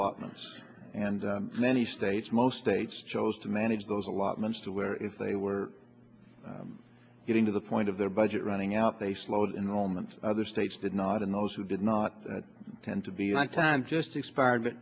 allotments and many states most states chose to manage those allotments to where if they were getting to the point of their budget running out they slowed in all months other states did not and those who did not tend to be on time just expired